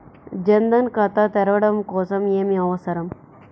జన్ ధన్ ఖాతా తెరవడం కోసం ఏమి అవసరం?